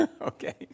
okay